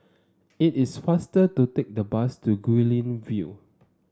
it is faster to take the bus to Guilin View